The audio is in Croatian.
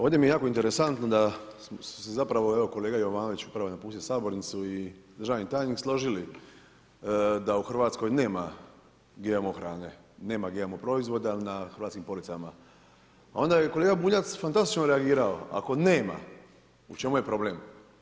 Ovdje mi je jako interesantno da zapravo evo kolega Jovanović upravo je napustio sabornicu i državni tajnik složili da u Hrvatskoj nema GMO hrane, da nema GMO proizvoda na hrvatskim policama, a onda je kolega Bunjac fantastično reagirao, ako nema u čemu je problem.